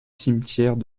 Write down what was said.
cimetières